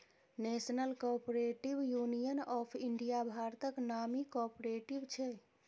national cooperative union of India भारतक नामी cooperative छै